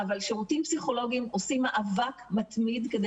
אבל שירותים פסיכולוגים עושים מאבק מתמיד כדי